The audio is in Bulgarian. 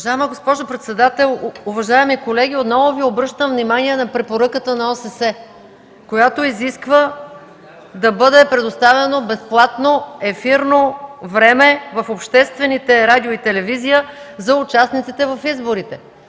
Уважаема госпожо председател, уважаеми колеги! Отново Ви обръщам внимание на препоръката на ОССЕ, която изисква да бъде предоставено безплатно ефирно време в обществените радио и телевизия за участниците в изборите.